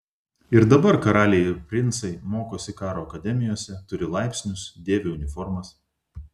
ir dabar karaliai ir princai mokosi karo akademijose turi laipsnius dėvi uniformas